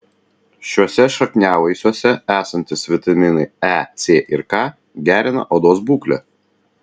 šiuose šakniavaisiuose esantys vitaminai a c ir k gerina odos būklę